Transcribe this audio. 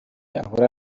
ahura